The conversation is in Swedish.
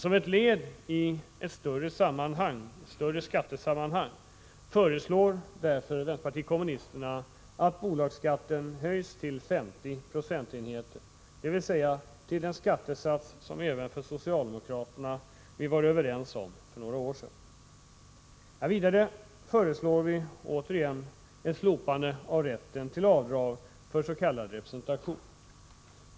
Som ett led i ett större skattesammanhang föreslår därför vänsterpartiet kommunisterna att bolagsskatten höjs till 50 26, dvs. till den skattesats som socialdemokraterna var överens med oss om för några år sedan. Vidare föreslår vi återigen ett slopande av rätten till avdrag för s.k. representation.